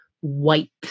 white